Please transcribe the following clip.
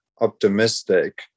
optimistic